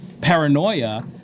Paranoia